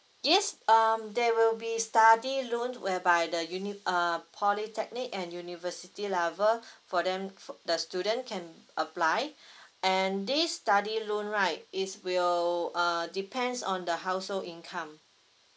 yes um there will be study loan whereby the univ~ uh polytechnic and university level for them fo~ the student can apply and this study loan right is will uh depends on the household income